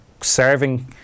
serving